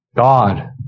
God